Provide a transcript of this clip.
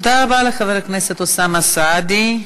תודה רבה לחבר הכנסת אוסאמה סעדי.